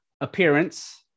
appearance